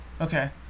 Okay